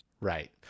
Right